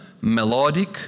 melodic